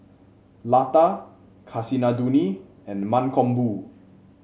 Lata Kasinadhuni and Mankombu